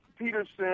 Peterson